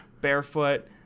barefoot